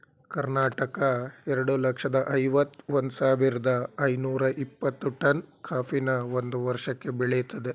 ಕರ್ನಾಟಕ ಎರಡ್ ಲಕ್ಷ್ದ ಐವತ್ ಒಂದ್ ಸಾವಿರ್ದ ಐನೂರ ಇಪ್ಪತ್ತು ಟನ್ ಕಾಫಿನ ಒಂದ್ ವರ್ಷಕ್ಕೆ ಬೆಳಿತದೆ